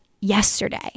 yesterday